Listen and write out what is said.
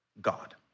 God